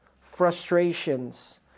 frustrations